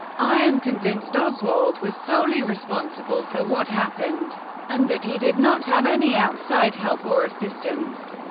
i am convinced oswald was solely responsible for what happened and that he did not have any outside help or assistance.